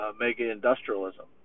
mega-industrialism